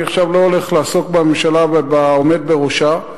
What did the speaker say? עכשיו אני לא הולך לעסוק בממשלה ובעומד בראשה,